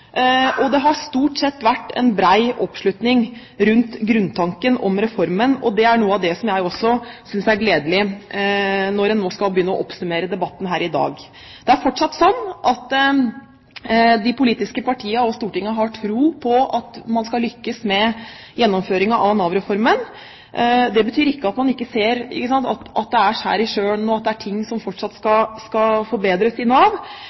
og det har stort sett vært bred oppslutning rundt grunntanken om reformen. Det er noe av det som jeg også synes er gledelig når en nå skal begynne å oppsummere debatten her i dag. Det er fortsatt sånn at de politiske partiene og Stortinget har tro på at man skal lykkes med gjennomføringen av Nav-reformen. Det betyr ikke at man ikke ser at det er skjær i sjøen, og at det er ting som fortsatt skal forbedres i Nav,